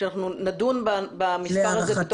כשאנחנו נדון במספר הזה.